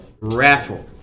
raffle